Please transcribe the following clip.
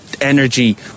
energy